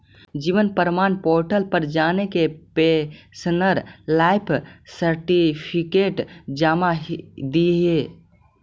जीवन प्रमाण पोर्टल पर जाके पेंशनर लाइफ सर्टिफिकेट जमा दिहे